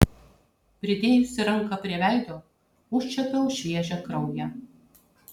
pridėjusi ranką prie veido užčiuopiau šviežią kraują